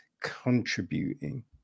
contributing